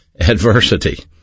adversity